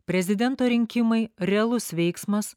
prezidento rinkimai realus veiksmas